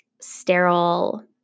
sterile